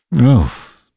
Oof